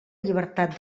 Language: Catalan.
llibertat